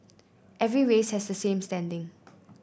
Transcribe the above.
every race has the same standing